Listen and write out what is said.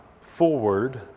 forward